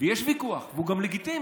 ויש ויכוח, והוא גם לגיטימי,